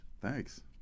Thanks